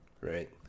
Right